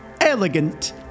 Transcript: elegant